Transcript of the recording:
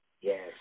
Yes